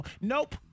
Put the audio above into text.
Nope